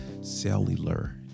cellular